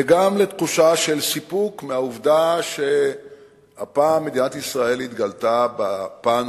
וגם תחושה של סיפוק מהעובדה שהפעם מדינת ישראל התגלתה בפן